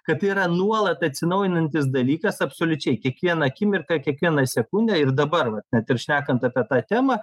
kad tai yra nuolat atsinaujinantis dalykas absoliučiai kiekvieną akimirką kiekvieną sekundę ir dabar vat net ir šnekant apie tą temą